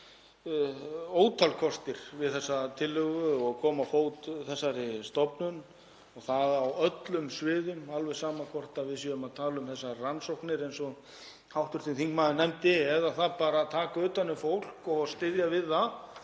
ótal kostir við þessa tillögu, að koma á fót þessari stofnun, og það á öllum sviðum, alveg sama hvort við erum að tala um rannsóknir eins og hv. þingmaður nefndi eða bara að taka utan um fólk og styðja við það